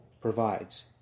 provides